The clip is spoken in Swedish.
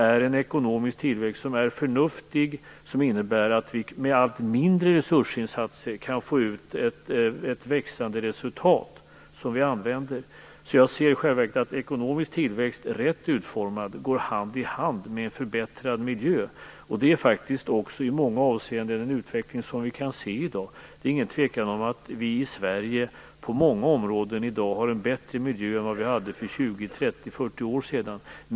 En ekonomisk tillväxt som är förnuftig innebär att vi med allt mindre resursinsatser kan få ut ett växande resultat som vi använder. Jag ser i själva verket att ekonomisk tillväxt rätt utformad går hand i hand med förbättrad miljö. Det är faktiskt också i många avseenden en utveckling som vi kan se i dag. Det är inget tvivel om att vi i Sverige på många områden i dag har en bättre miljö än vad vi hade för 20, 30 eller 40 år sedan.